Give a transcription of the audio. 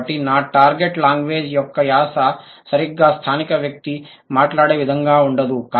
కాబట్టి నా target language యొక్క యాస సరిగ్గా స్థానిక వ్యక్తి మాట్లాడే విధంగా ఉండదు